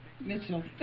Mitchell